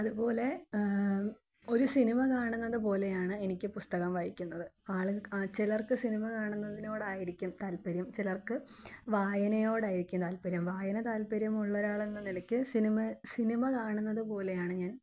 അതുപോലെ ഒരു സിനിമ കാണുന്നതുപോലെയാണ് എനിക്ക് പുസ്തകം വായിക്കുന്നത് ആളിൽ ചിലർക്ക് സിനിമ കാണുന്നതിനോട് ആയിരിക്കും താല്പര്യം ചിലർക്ക് വായനയോടായിരിക്കും താല്പര്യം വായന താൽപര്യമുള്ള ഒരാളെന്ന നിലയ്ക്ക് സിനിമ സിനിമ കാണുന്നതുപോലെയാണ് ഞാൻ